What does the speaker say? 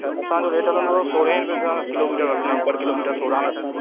त असांजो रेट हलंदो सोरहें रुपए सां किलोमीटर वठंदा आहियूं पर किलोमीटर सोरहां रुपया